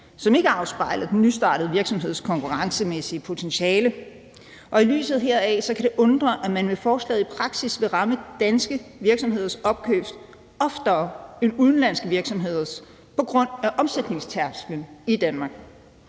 som ikke afspejler den nystartede virksomheds konkurrencemæssige potentiale. Og i lyset heraf kan det undre, at man med forslaget i praksis vil ramme danske virksomheders opkøb oftere, end man vil ramme udenlandske virksomheders opkøb på grund af omsætningstærsklen i Danmark.